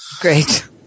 Great